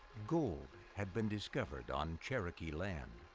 gold had been discovered on cherokee land.